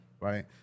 right